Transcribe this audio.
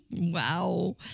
wow